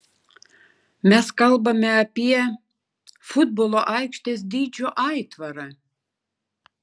mes kalbame apie futbolo aikštės dydžio aitvarą